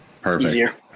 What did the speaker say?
Perfect